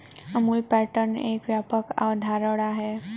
Amul pattern एक व्यापक अवधारणा है